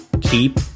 keep